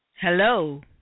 Hello